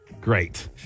Great